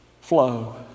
flow